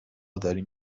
داریم